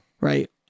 right